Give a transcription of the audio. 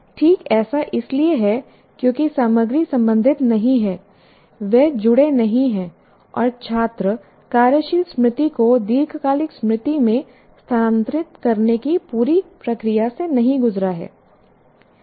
ठीक ऐसा इसलिए है क्योंकि सामग्री संबंधित नहीं है वे जुड़े नहीं हैं और छात्र कार्यशील स्मृति को दीर्घकालिक स्मृति में स्थानांतरित करने की पूरी प्रक्रिया से नहीं गुजरा है